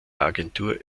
agentur